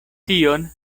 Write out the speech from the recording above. tion